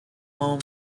home